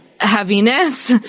heaviness